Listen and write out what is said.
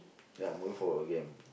ya moving forward a game